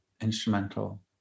instrumental